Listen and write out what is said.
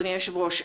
אדוני היושב-ראש,